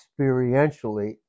experientially